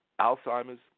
Alzheimer's